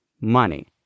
money